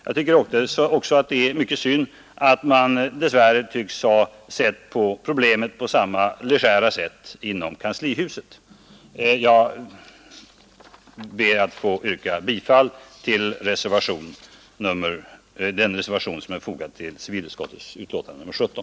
Jag tycker också att det är mycket synd att man har sett på problemet på samma legära sätt som inom kanslihuset. Jag ber att få yrka bifall till den reservation som är fogad till civilutskottets betänkande nr 17.